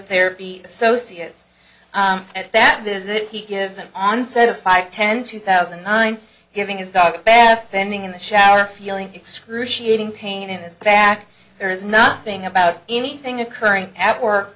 therapy associates at that visit he gives an onset of five ten two thousand and nine giving his dog bath bending in the shower feeling excruciating pain in his back there is nothing about anything occurring at work